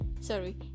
sorry